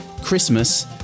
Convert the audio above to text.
Christmas